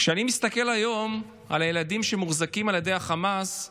כשאני מסתכל היום על הילדים שמוחזקים על ידי חמאס,